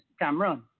Cameron